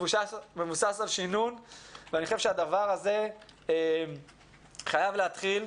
אני חושב שהדבר הזה חייב להתחיל.